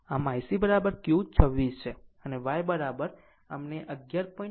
આમ આમ IC q 26 છે અને y અમને r 11